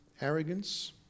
arrogance